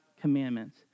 commandments